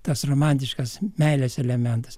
tas romantiškas meilės elementas